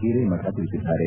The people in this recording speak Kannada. ಹಿರೇಮಠ ತಿಳಿಸಿದ್ದಾರೆ